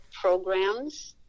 programs